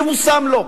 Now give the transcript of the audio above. יבושם לו.